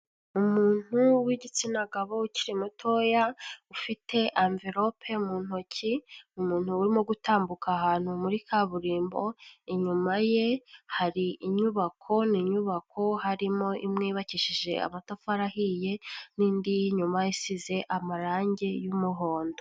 Umuntu w'igitsina gabo ukiri mutoya, ufite amvelope mu ntoki, umuntu urimo gutambuka ahantu muri kaburimbo inyuma ye hari inyubako ni inyubako harimo imwe yubakishije amatafari ahiye n'indi y'inyuma isize amarangi y'umuhondo.